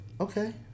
Okay